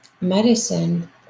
medicine